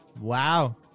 Wow